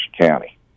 County